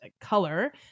color